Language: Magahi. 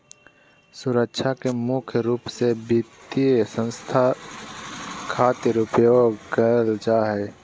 सुरक्षा के मुख्य रूप से वित्तीय संस्था खातिर उपयोग करल जा हय